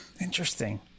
Interesting